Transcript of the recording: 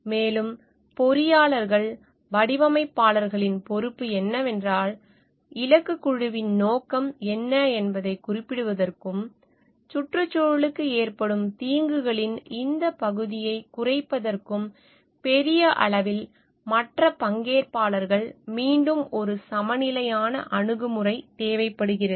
மேலும் பொறியாளர்கள் வடிவமைப்பாளர்களின் பொறுப்பு என்னவென்றால் இலக்குக் குழுவின் நோக்கம் என்னவென்பதைக் குறிப்பிடுவதற்கும் சுற்றுச்சூழலுக்கு ஏற்படும் தீங்குகளின் இந்த பகுதியைக் குறைப்பதற்கும் பெரிய அளவில் மற்ற பங்கேற்பாளர்கள் மீண்டும் ஒரு சமநிலையான அணுகுமுறை தேவைப்படுகிறது